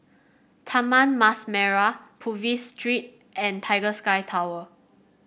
Taman Mas Merah Purvis Street and Tiger Sky Tower